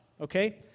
Okay